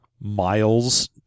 Miles